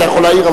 אתה יכול להעיר,